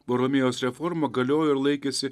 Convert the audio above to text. buromėjaus reforma galiojo ir laikėsi